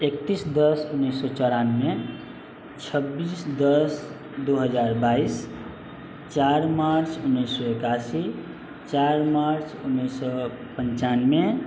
एकतीस दस उनैस सओ चौरानबे छब्बीस दस दू हजार बाइस चारि मार्च उनैस सओ एकासी चार मार्च उनैस सओ पनचानबे